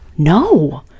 no